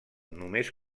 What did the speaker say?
només